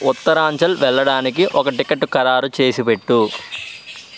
ఉత్తరాంచల్ వెళ్ళడానికి ఒక టికెట్టు ఖరారు చేసిపెట్టు